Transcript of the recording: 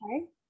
okay